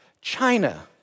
China